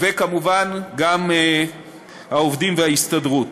וכמובן גם העובדים וההסתדרות,